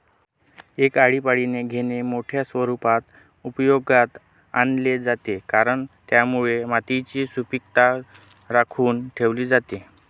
एक आळीपाळीने घेणे मोठ्या स्वरूपात उपयोगात आणले जाते, कारण त्यामुळे मातीची सुपीकता राखून ठेवली जाते